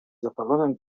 zapalonym